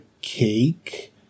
cake